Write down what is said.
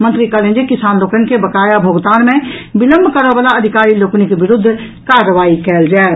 मंत्री कहलनि जे किसान लोकनि के बकाया भोगतान मे विलंब करक बला अधिकारी लोकनिक विरूद्ध कार्रवाई कयल जायत